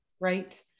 Right